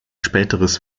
späteres